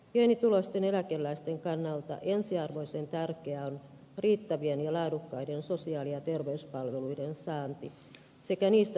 pienituloisten eläkeläisten kannalta ensiarvoisen tärkeää on riittävien ja laadukkaiden sosiaali ja terveyspalveluiden saanti sekä niistä perittävien asiakasmaksujen kohtuullisuus